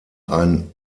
ein